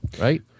right